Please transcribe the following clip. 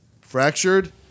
Fractured